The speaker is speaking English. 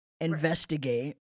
investigate